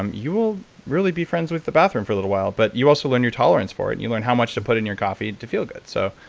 um you will really be friends with the bathroom for a little while but you also learn your tolerance for it. you learn how much to put in your coffee to feel good. so